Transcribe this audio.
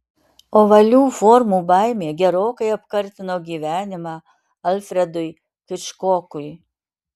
ovalių formų baimė gerokai apkartino gyvenimą alfredui hičkokui